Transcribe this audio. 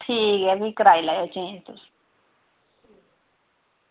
ठीक ऐ भी कराई लैयो चेंज़